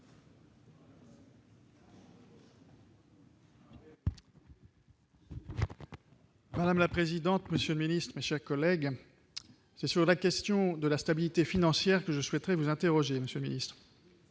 Madame la présidente, monsieur le ministre, chaque collègue c'est sur la question de la stabilité financière que je souhaiterais vous interroger Monsieur le Ministre,